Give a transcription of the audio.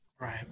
Right